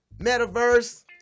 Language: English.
metaverse